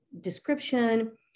description